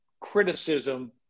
criticism